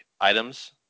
Items